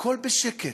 הכול בשקט.